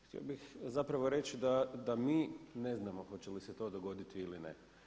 Htio bih zapravo reći da mi ne znamo hoće li se to dogoditi ili ne.